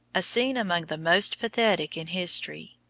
a scene among the most pathetic in history.